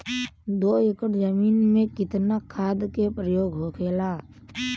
दो एकड़ जमीन में कितना खाद के प्रयोग होखेला?